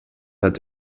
hat